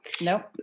Nope